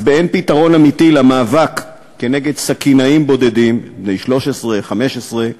אז באין פתרון אמיתי למאבק כנגד סכינאים בודדים בני 13 15,